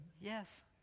yes